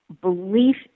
belief